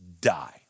die